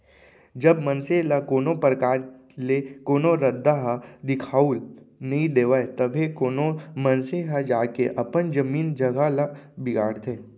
जब मनसे ल कोनो परकार ले कोनो रद्दा ह दिखाउल नइ देवय तभे कोनो मनसे ह जाके अपन जमीन जघा ल बिगाड़थे